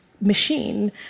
machine